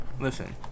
Listen